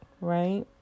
right